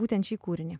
būtent šį kūrinį